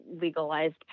legalized